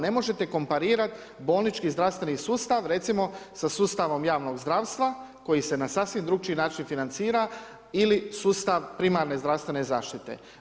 Ne možete komparirati bolnički zdravstveni sustav recimo sa sustavom javnog zdravstva koj se na sasvim drukčiji način financira ili sustav primarne zdravstvene zaštite.